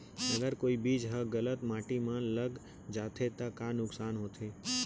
अगर कोई बीज ह गलत माटी म लग जाथे त का नुकसान होथे?